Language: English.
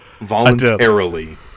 voluntarily